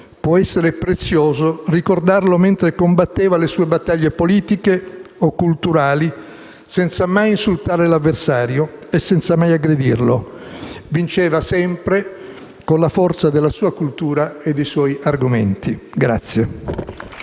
può essere prezioso ricordarlo mentre combatteva le sue battaglie politiche o culturali senza mai insultare l'avversario e senza mai aggredirlo. Vinceva sempre con la forza della sua cultura e dei suoi argomenti.